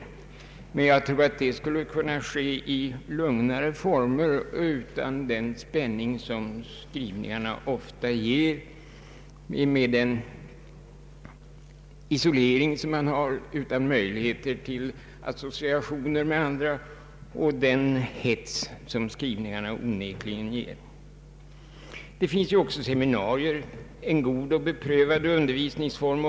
Jag tror dock att dessa kunskapsprov skulle kunna ske i lugnare former, utan den spänning som skrivningarna ofta ger med den isolering som då råder, utan möjlighet till associationer som kan lockas fram av en lärare. Det vore, anser jag, bättre om dessa tentamina kunde ske utan den hets som Sskrivningarna onekligen medför. Det finns också seminarier, en god och beprövad undervisningsform.